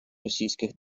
російських